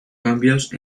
cambios